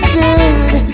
good